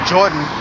Jordan